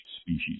species